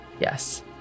Yes